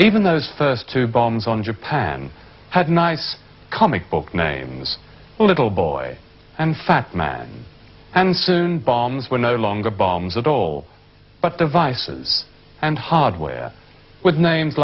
even those first two bombs on japan had nice comic book names little boy and fat man and soon bombs were no longer bombs at all but devices and hardware with names